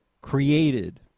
created